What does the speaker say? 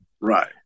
Right